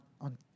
on